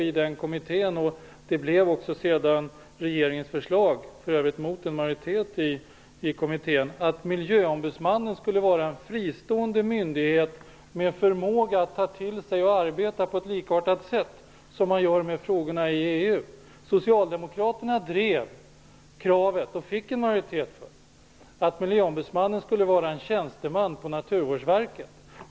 I kommittén drev jag förslaget - vilket också sedan blev regeringens förslag, för övrigt mot en majoritet i kommittén - att miljöombudsmannen skulle vara en fristående myndighet med förmåga att kunna arbeta på ett likartat sätt som man gör inom EU. Socialdemokraterna drev kravet, som man också fick majoritet för, att miljöombudsmannen skulle vara en tjänsteman på Naturvårdsverket.